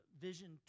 Vision